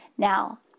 Now